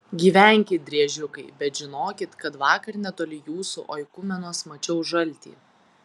gyvenkit driežiukai bet žinokit kad vakar netoli jūsų oikumenos mačiau žaltį